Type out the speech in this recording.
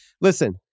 Listen